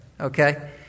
okay